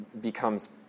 becomes